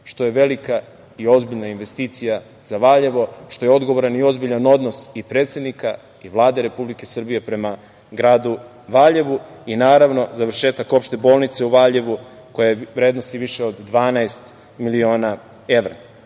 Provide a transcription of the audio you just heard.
što je velika i ozbiljna investicija za Valjevo, što je ozbiljan i odgovoran odnos i predsednika i Vlade Republike Srbije prema gradu Valjevu i, naravno, završetak opšte bolnice u Valjevu, u vrednosti više od 12 miliona evra. Ono